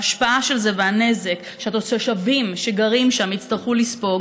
ההשפעה של זה והנזק שהתושבים שגרים שם יצטרכו לספוג